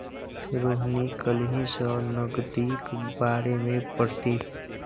रोहिणी काल्हि सँ नगदीक बारेमे पढ़तीह